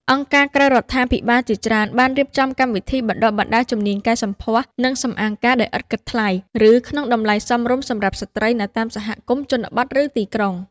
អង្គការក្រៅរដ្ឋាភិបាលជាច្រើនបានរៀបចំកម្មវិធីបណ្តុះបណ្តាលជំនាញកែសម្ផស្ស និងសម្អាងការដោយឥតគិតថ្លៃ ឬក្នុងតម្លៃសមរម្យសម្រាប់ស្ត្រីនៅតាមសហគមន៍ជនបទ ឬទីក្រុង។